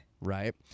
Right